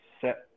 set